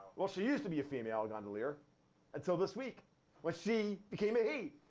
well, she used to be a female gondolier until this week when she became a he.